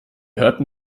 hörten